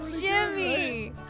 Jimmy